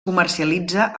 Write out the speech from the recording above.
comercialitza